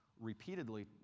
repeatedly